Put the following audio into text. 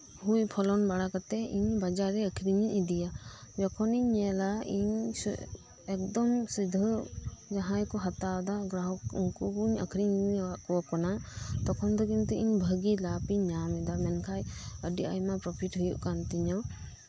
ᱦᱩᱭ ᱯᱷᱚᱞᱚᱱ ᱵᱟᱲᱟ ᱠᱟᱛᱮᱜ ᱤᱧ ᱵᱟᱡᱟᱨ ᱨᱮ ᱟᱹᱠᱷᱨᱤᱧᱤᱧ ᱤᱫᱤᱭᱟ ᱡᱚᱠᱷᱚᱱᱤᱧ ᱧᱮᱞᱟ ᱤᱧ ᱥᱮ ᱮᱠᱫᱚᱢ ᱥᱤᱫᱷᱟᱹ ᱡᱟᱦᱟᱸᱭ ᱠᱩ ᱦᱟᱛᱟᱣᱮᱫᱟ ᱜᱨᱟᱦᱚᱠ ᱩᱱᱠᱩᱠᱩᱧ ᱟᱹᱠᱷᱨᱤᱧ ᱠᱚ ᱠᱟᱱᱟ ᱛᱚᱠᱷᱚᱱ ᱫᱚ ᱠᱤᱱᱛᱩ ᱤᱧ ᱵᱷᱟᱜᱤ ᱞᱟᱵ ᱤᱧ ᱧᱟᱢᱮᱫᱟ ᱢᱮᱱᱠᱷᱟᱡ ᱟᱹᱰᱤ ᱟᱭᱢᱟ ᱯᱨᱚᱯᱷᱤᱰ ᱦᱩᱭᱩᱜ ᱠᱟᱱᱛᱤᱧᱟᱹ